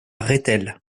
rethel